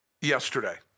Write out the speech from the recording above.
yesterday